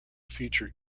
future